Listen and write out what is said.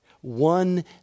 One